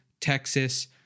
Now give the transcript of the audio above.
Texas